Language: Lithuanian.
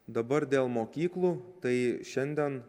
dabar dėl mokyklų tai šiandien